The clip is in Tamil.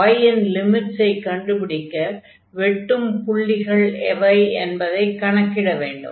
y இன் லிமிட்ஸை கண்டுபிடிக்க வெட்டும் புள்ளிகள் எவை என்பதைக் கணக்கிட வேண்டும்